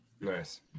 nice